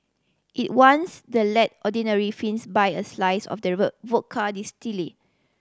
it wants the let ordinary Finns buy a slice of the vodka